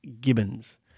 Gibbons